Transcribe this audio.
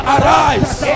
Arise